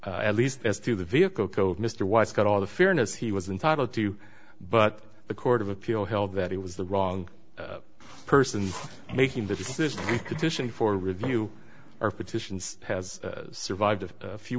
that at least as to the vehicle code mr weiss got all the fairness he was entitled to but the court of appeal held that he was the wrong person making the decision condition for review or petitions has survived a few